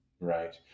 right